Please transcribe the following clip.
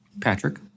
Patrick